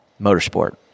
motorsport